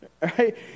Right